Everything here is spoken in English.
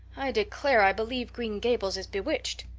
i declare i believe green gables is bewitched.